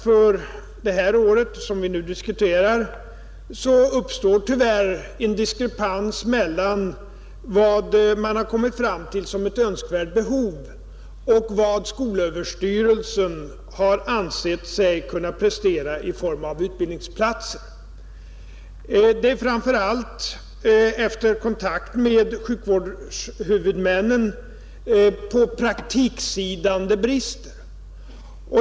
För det här året, som vi nu diskuterar, uppstår tyvärr en diskrepans mellan vad man har kommit fram till som ett önskvärt behov och vad skolöverstyrelsen har ansett sig kunna prestera i form av utbildningsplatser. Efter kontakt med sjukvårds huvudmännen har det visat sig att det framför allt är på praktiksidan det brister.